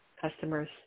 customers